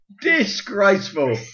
Disgraceful